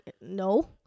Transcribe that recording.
no